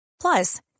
Plus